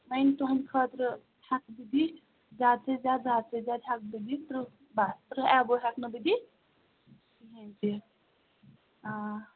وَنۍ تُہٕنٛدِ خٲطرٕ ہٮ۪کہٕ بہٕ دِتھ زیادٕ سے زیادٕ زیادٕ سے زیادٕ ہیٚکہٕ بہٕ دِتھ تٕرٛہ بَس تٕرٛہ ایبو ہٮ۪کہٕ نہٕ بہٕ دِتھ کِہیٖنۍ تہِ آ